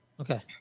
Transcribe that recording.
Okay